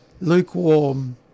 lukewarm